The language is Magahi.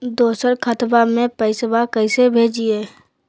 दोसर खतबा में पैसबा कैसे भेजिए?